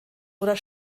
oder